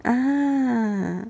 ah